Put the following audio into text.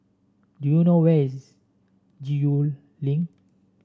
do you know where is Gul Link